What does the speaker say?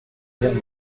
guerre